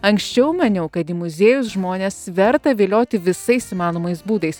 anksčiau maniau kad į muziejus žmones verta vilioti visais įmanomais būdais